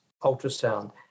ultrasound